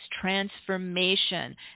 transformation